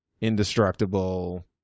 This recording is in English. indestructible